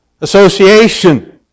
Association